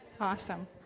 Awesome